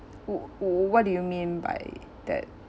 what do you mean by that